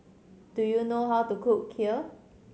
do you know how to cook Kheer